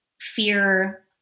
fear